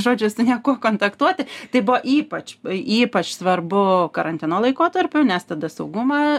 žodžiu su niekuo kontaktuoti tai buvo ypač ypač svarbu karantino laikotarpiu nes tada saugumą